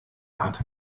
hat